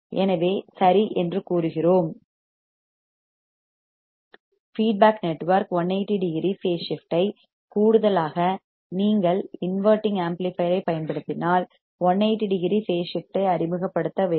எனவே சரி என்று நாம் கூறுகிறோம் feedback network 180 degree phase shift ஐ கூடுதலாக நீங்கள் இன்வெர்ட்டிங் ஆம்ப்ளிபையர் ஐப் பயன்படுத்தினால் 180 டிகிரி பேஸ் ஸிப்ட் ஐ அறிமுகப்படுத்த வேண்டும்